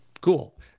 Cool